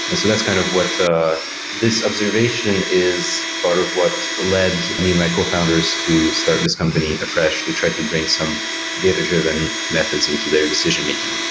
and so that's kind of what this observation is, part of what led me and my cofounders to start this company, afresh, to try to bring some data-driven methods into their decision making.